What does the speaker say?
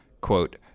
quote